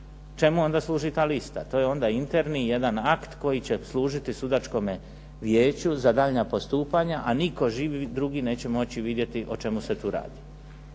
Čemu onda služi ta lista, to je jedan interni onda akt koji će služiti sudačkome vijeću za daljnja postupanja a nitko živ drugi neće moći vidjeti o čemu se tu radi.